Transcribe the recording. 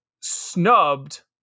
snubbed